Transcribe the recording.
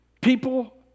People